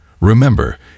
Remember